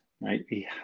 right